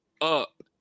up